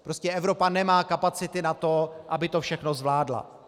Prostě Evropa nemá kapacity na to, aby to všechno zvládla.